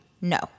No